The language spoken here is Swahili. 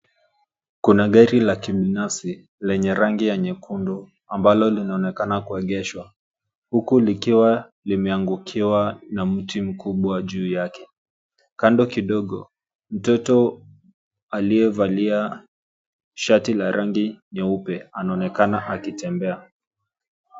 Kuna gari la kibinafsi lenye rangi ya nyekundu ambalo linaonekana kuegeshwa, huku likiwa limeangukiwa na mti mkubwa juu yake. Kando kidogo, mtoto aliyevalia shati la rangi nyeupe anaonekana akitembea.